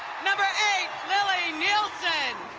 number eight, lilly nielsen.